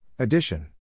Addition